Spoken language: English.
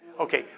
Okay